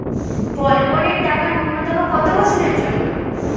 বলবনের টাকা ন্যূনতম কত বছরের জন্য?